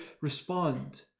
respond